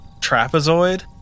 trapezoid